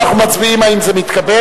אנחנו מצביעים האם זה מתקבל,